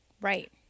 Right